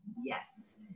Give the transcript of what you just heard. Yes